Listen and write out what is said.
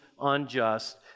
unjust